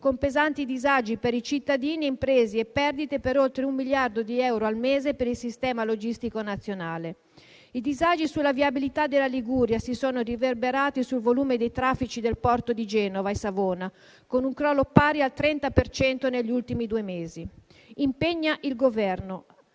con pesanti disagi per i cittadini e imprese e perdite per oltre 1 miliardo di euro al mese per il sistema logistico nazionale; i disagi sulla viabilità della Liguria si sono riverberati sul volume dei traffici del porto di Genova e Savona, con un crollo pari a circa il 30 per cento negli ultimi due mesi, impegna il Governo: